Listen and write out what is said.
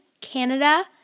Canada